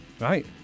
Right